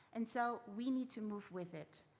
and so we need to move with it.